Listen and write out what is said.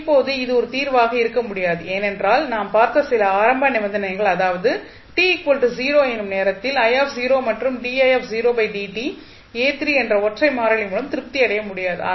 இப்போது இது ஒரு தீர்வாக இருக்க முடியாது ஏனென்றால் நாம் பார்த்த 2 ஆரம்ப நிபந்தனைகள் அதாவது t 0 எனும் நேரத்தில் i மற்றும் என்ற ஒற்றை மாறிலி மூலம் திருப்தி அடைய முடியாது